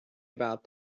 about